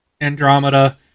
Andromeda